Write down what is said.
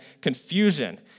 confusion